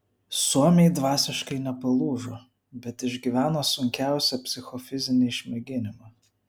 suomiai dvasiškai nepalūžo bet išgyveno sunkiausią psichofizinį išmėginimą